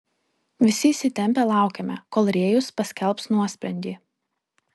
visi įsitempę laukėme kol rėjus paskelbs nuosprendį